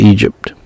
Egypt